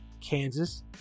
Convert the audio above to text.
kansas